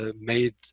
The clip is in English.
made